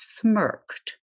smirked